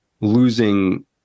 losing